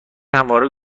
همواره